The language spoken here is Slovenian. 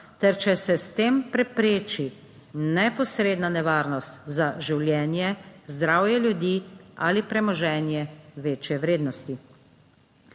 ter če se s tem prepreči neposredna nevarnost za življenje, zdravje ljudi ali premoženje. Večje vrednosti